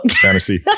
fantasy